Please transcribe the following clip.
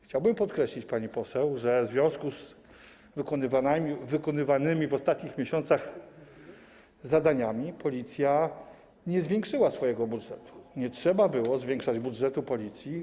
Chciałbym podkreślić, pani poseł, że w związku z wykonywanymi w ostatnich miesiącach zadaniami Policja nie zwiększyła swojego budżetu, nie trzeba było zwiększać budżetu Policji.